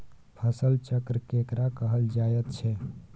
फसल चक्र केकरा कहल जायत छै?